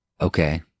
Okay